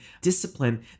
discipline